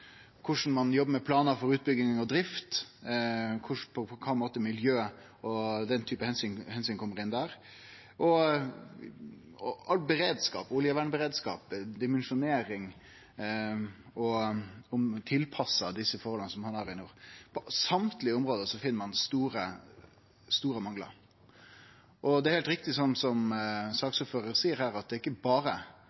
korleis ein jobbar med planar for utbygging og drift, og på kva måte miljø og den typen omsyn kjem inn der, til all beredskap – oljevernberedskap – dimensjonering og korleis dette er tilpassa forholda i nord. På alle områda finn ein store manglar. Det er også heilt riktig, som saksordføraren sa,